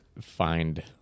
find